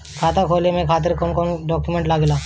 खाता खोले के खातिर कौन कौन डॉक्यूमेंट लागेला?